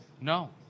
No